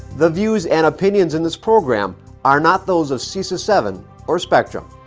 the views and opinions in this program are not those of cesa seven or spectrum.